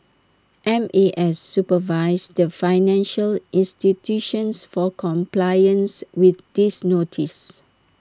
M A S supervises the financial institutions for compliance with these notices